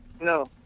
No